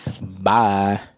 Bye